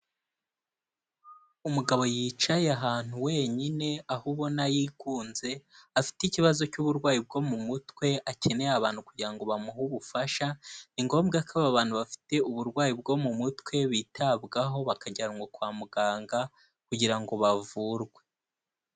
Umugabo yicaye ahantu wenyine aho ubona yigunze, afite ikibazo cy'uburwayi bwo mu mutwe akeneye abantu kugira ngo bamuhe ubufasha, ni ngombwa ko aba bantu bafite uburwayi bwo mu mutwe bitabwaho bakajyanwa kwa muganga kugira ngo bavurwe.